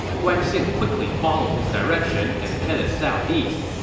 guan xing quickly followed his direction and headed southeast.